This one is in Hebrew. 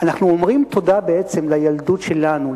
אנחנו אומרים תודה בעצם לילדות שלנו,